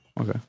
Okay